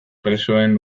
presoen